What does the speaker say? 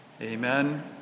Amen